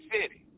City